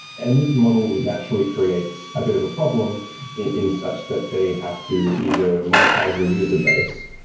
and this model naturally creates a bit of a problem in such that they have to either monetize the user base.